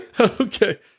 Okay